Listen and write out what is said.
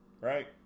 Right